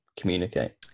communicate